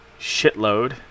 Shitload